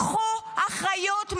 קחו אחריות,